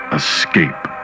escape